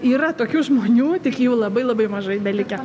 yra tokių žmonių tik jų labai labai mažai belikę